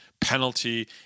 penalty